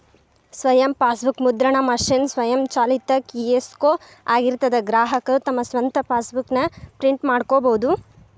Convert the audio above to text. ಸ್ವಯಂ ಫಾಸ್ಬೂಕ್ ಮುದ್ರಣ ಮಷೇನ್ ಸ್ವಯಂಚಾಲಿತ ಕಿಯೋಸ್ಕೊ ಆಗಿರ್ತದಾ ಗ್ರಾಹಕರು ತಮ್ ಸ್ವಂತ್ ಫಾಸ್ಬೂಕ್ ನ ಪ್ರಿಂಟ್ ಮಾಡ್ಕೊಬೋದು